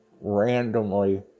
randomly